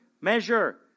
measure